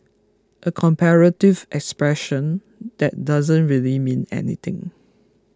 a comparative expression that doesn't really mean anything